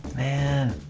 and